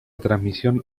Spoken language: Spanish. transmisión